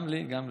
גם לי, גם לי.